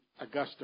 Augusta